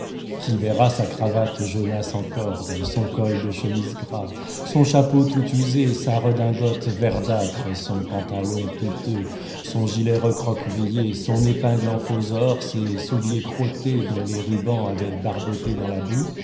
qui verra sa cravate jaunasse en corde son col de chemise gras son chapeau tout usé sa redingote verdâtre son pantalon piteux son gilet recroquevillé son épingle en faux or ses souliers crottés dont les rubans avaient barboté dans la boue